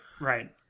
right